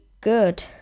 good